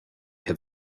have